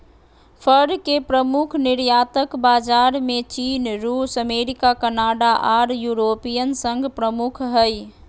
फर के प्रमुख निर्यातक बाजार में चीन, रूस, अमेरिका, कनाडा आर यूरोपियन संघ प्रमुख हई